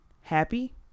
happy